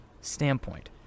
standpoint